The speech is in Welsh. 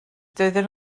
doedden